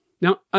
Now